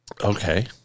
Okay